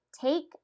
Take